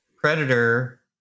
Predator